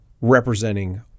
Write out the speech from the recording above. representing